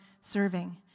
serving